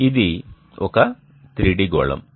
ఇది ఒక 3D గోళం